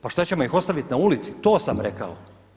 Pa šta ćemo ih ostaviti na ulici, to sam rekao.